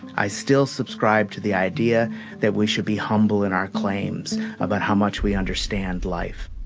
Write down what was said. i still subscribe to the idea that we should be humble in our claims about how much we understand life.